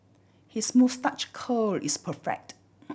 his moustache curl is perfect